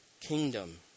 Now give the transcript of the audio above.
kingdom